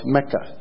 Mecca